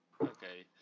Okay